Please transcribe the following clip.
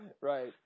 Right